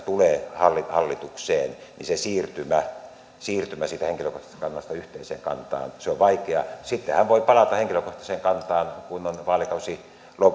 tulee hallitukseen se siirtymä siirtymä siitä henkilökohtaisesta kannasta yhteiseen kantaan on vaikea sitten hän voi palata henkilökohtaiseen kantaansa kun on vaalikausi